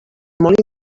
molt